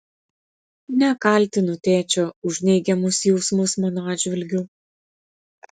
nekaltinu tėčio už neigiamus jausmus mano atžvilgiu